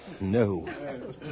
No